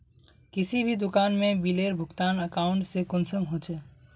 किसी भी दुकान में बिलेर भुगतान अकाउंट से कुंसम होचे?